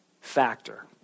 factor